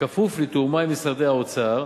כפוף לתיאומה עם משרדי האוצר,